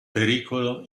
pericolo